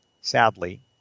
sadly